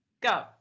Go